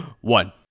one